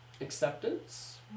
acceptance